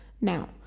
now